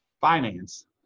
finance